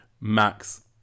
Max